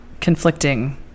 conflicting